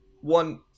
one